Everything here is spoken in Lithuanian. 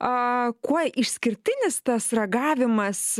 a kuo išskirtinis tas ragavimas